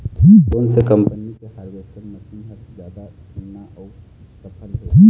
कोन से कम्पनी के हारवेस्टर मशीन हर जादा ठीन्ना अऊ सफल हे?